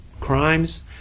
crimes